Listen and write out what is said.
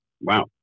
Wow